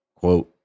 quote